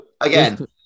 Again